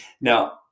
Now